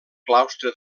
claustre